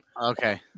Okay